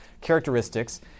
characteristics